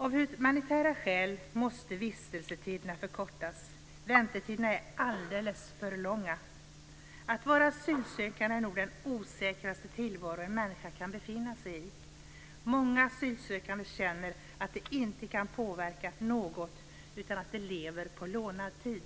Av humanitära skäl måste vistelsetiderna förkortas, väntetiderna är alldeles för långa. Att vara asylsökande är nog den osäkraste tillvaro en människa kan befinna sig i. Många asylsökande känner att de inte kan påverka något utan att de lever på lånad tid.